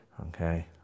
okay